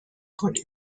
کنیم